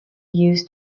used